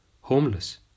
homeless